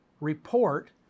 report